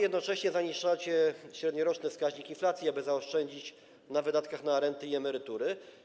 Jednocześnie świadomie zaniżacie średnioroczny wskaźnik inflacji, aby zaoszczędzić na wydatkach na renty i emerytury.